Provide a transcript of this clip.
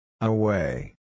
Away